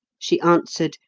she answered,